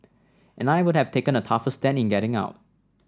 and I would have taken a tougher stand in getting out